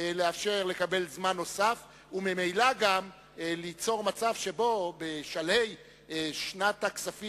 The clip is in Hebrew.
לאשר לקבל זמן נוסף וממילא ליצור זמן נוסף שבו בשלהי שנת הכספים